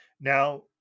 Now